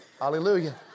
Hallelujah